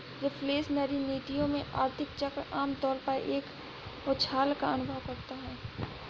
reflationary नीतियों में, आर्थिक चक्र आम तौर पर एक उछाल का अनुभव करता है